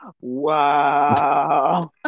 Wow